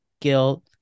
guilt